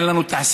אין לנו תעשייה,